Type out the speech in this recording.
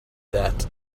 that